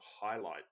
highlight